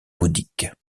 bouddhiques